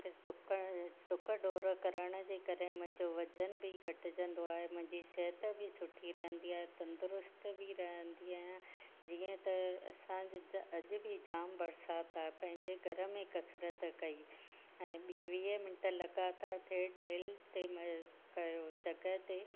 त ॾुक ॾुक ॾोड़ करण जे करे मुंहिंजो वजनि बि घटिजंदो आहे मुंहिंजी सिहत बि सुठी रहंदी आहे तंदुरस्तु बि रहंदी आहियां जीअं त असांजे ज अॼु बि जाम बरिसातु आहे पंहिंजे घर में कसरति कई हाणे वीह मिंट लॻा त थ्रेडमिल तंहि महिल कयो जॻह ते